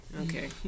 Okay